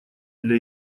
для